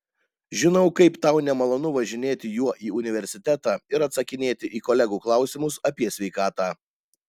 žinau kaip tau nemalonu važinėti juo į universitetą ir atsakinėti į kolegų klausimus apie sveikatą